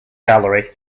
gallery